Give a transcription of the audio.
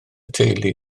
teulu